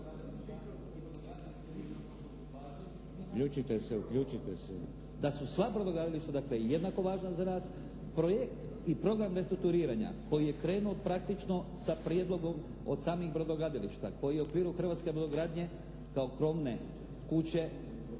da su sva brodogradilišta, dakle, jednako važna za nas. Projekt i program restrukturiranja koji je krenuo praktično sa prijedlogom od samih brodogradilišta, koji je u okviru hrvatske brodogradnje kao krovne kuće